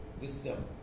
Wisdom